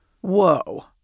Whoa